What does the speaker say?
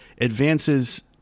advances